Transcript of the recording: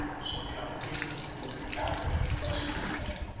said count victor, looking backward at the cluster of men.